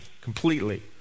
completely